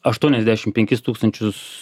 aštuoniasdešim penkis tūkstančius